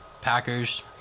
Packers